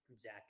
Zach